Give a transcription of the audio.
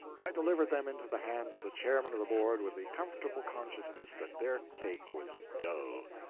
i delivered them into the hands of the chairman of the board with the comfortable consciousness that their cake was dough.